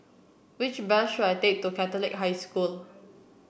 which bus should I take to Catholic High School